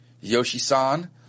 Yoshi-san